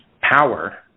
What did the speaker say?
power